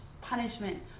Punishment